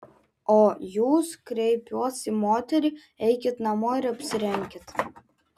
o jūs kreipiuos į moterį eikit namo ir apsirenkit